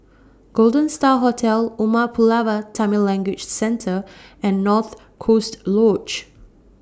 Golden STAR Hotel Umar Pulavar Tamil Language Centre and North Coast Lodge